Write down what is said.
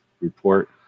report